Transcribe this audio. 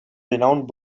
renowned